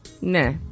Nah